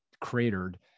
cratered